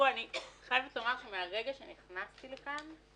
אני חייבת לומר שמהרגע שנכנסתי לכאן,